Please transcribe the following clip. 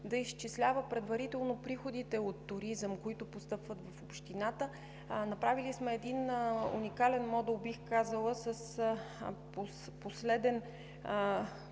да изчислява предварително приходите от туризъм, които постъпват в общината. Направили сме един уникален модул, бих казала, последна